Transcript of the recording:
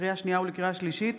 לקריאה שנייה ולקריאה שלישית: